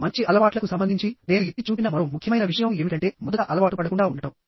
మంచి అలవాట్లకు సంబంధించి నేను ఎత్తి చూపిన మరో ముఖ్యమైన విషయం ఏమిటంటే మొదట అలవాటుపడకుండా ఉండటం